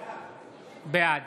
בעד